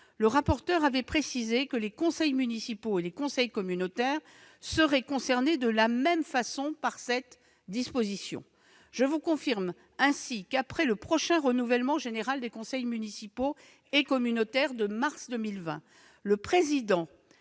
le rapporteur avait précisé que les conseils municipaux et les conseils communautaires seraient concernés de la même façon par cette disposition. Je vous confirme ainsi que, après le prochain renouvellement général des conseils municipaux et communautaires de mars 2020, le président,